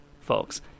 folks